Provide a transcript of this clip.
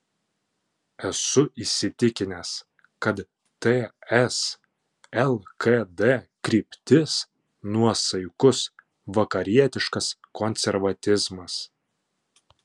esu įsitikinęs kad ts lkd kryptis nuosaikus vakarietiškas konservatizmas